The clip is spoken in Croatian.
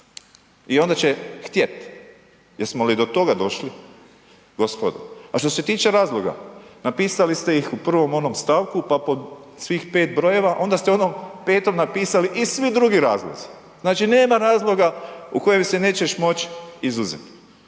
i onda će htjet. Jesmo li do toga došli gospodo? A što se tiče razloga, napisali ste ih u prvom onom stavku pa pod svih pet brojeva onda ste u onom petom napisali i svi drugi razlozi. Znači nema razloga u kojem se nećeš moći izuzeti.